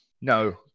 No